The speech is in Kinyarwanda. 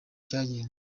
cyagenze